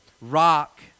rock